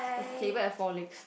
does table have four legs